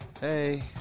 hey